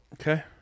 Okay